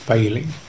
failing